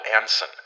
Anson